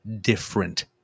different